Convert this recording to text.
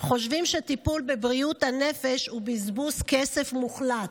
חושבים שטיפול בבריאות הנפש הוא בזבוז כסף מוחלט,